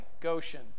Goshen